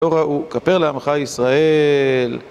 לא ראו כפר לעמך ישראל